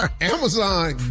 Amazon